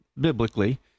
biblically